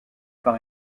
par